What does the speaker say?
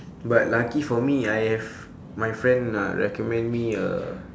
but lucky for me I have my friend lah recommend me a